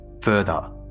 Further